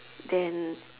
then